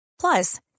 Plus